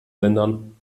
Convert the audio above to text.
lindern